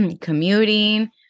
commuting